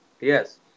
Yes